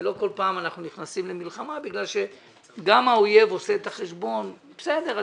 ולא כל פעם אנחנו נכנסים למלחמה בגלל שגם האויב עושה את החשבון של בסדר,